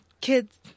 kids